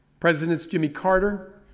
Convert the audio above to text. presidents jimmy carter,